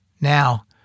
Now